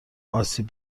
آسیب